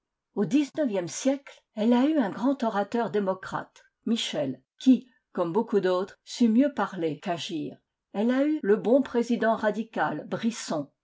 au dix-neuvième siècle elle a eu un grand orateur démocrate michel qui comme beaucoup d'autres sut mieux parler qu'agir elle a eu le bon président radical brisson